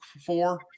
four